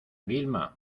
vilma